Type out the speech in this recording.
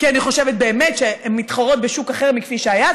כי אני חושבת באמת שהן מתחרות בשוק אחר מכפי שהיה.